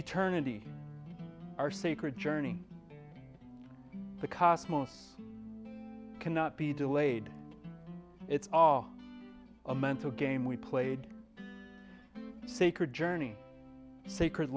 eternity our sacred journey the cosmos cannot be delayed it's all a mental game we played sacred journey sacred